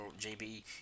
JB